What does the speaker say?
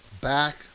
back